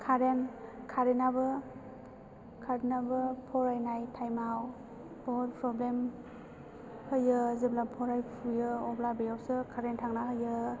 खारेन्ट खारेन्टआबो खारेन्टआबो फरायनाय थाइमआव खर प्रब्लेम होयो जेब्ला फरायफुयो अब्ला बेयावसो खारेन्ट थांना होयो